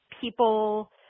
people